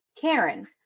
Karen